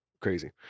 crazy